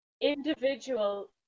individual